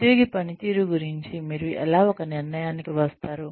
ఉద్యోగి పనితీరు గురించి మీరు ఎలా ఒక నిర్ణయానికి వస్తారు